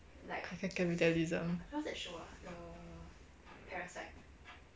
on capitalism